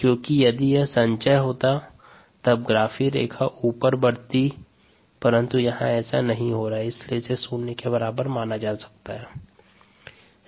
क्योंकि यदि यह संचय होता तब ग्राफीय रेखा ऊपर बढ़ती परंतु यहाँ ऐसा नहीं हो रहा है इसलिए इसे शून्य के बराबर माना जा सकता है